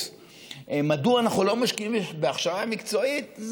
מדוע אנחנו לא משקיעים בהכשרה מקצועית,